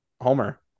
Homer